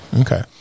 Okay